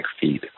feed